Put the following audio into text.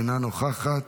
אינה נוכחת,